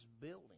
building